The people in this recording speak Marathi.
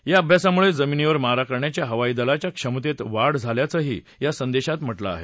या अभ्यासामुळे जमिनविर मारा करण्याच्या हवाईदलाच्या क्षमतेत वाढ झाल्याचंह येा संदेशात म्हटलं आहे